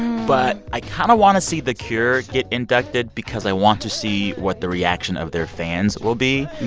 but i kind of want to see the cure get inducted because i want to see what the reaction of their fans will be.